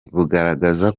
bugaragaza